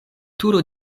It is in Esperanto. turo